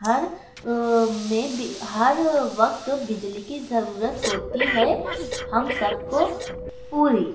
ہر میں ہر وقت بجلی کی ضرورت ہوتی ہے ہم سب کو پوری